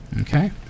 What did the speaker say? okay